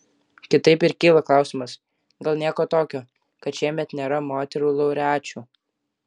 kitaip ir kyla klausimas gal nieko tokio kad šiemet nėra moterų laureačių